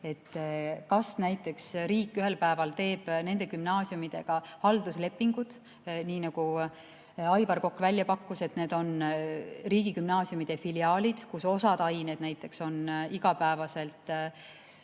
Kas näiteks riik ühel päeval teeb nende gümnaasiumidega halduslepingud, nii nagu Aivar Kokk välja pakkus, et need on riigigümnaasiumide filiaalid, kus osa aineid [õpetatakse] näiteks igapäevaselt